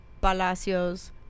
Palacios